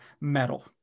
metal